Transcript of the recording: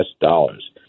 dollars